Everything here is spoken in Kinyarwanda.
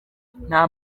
nta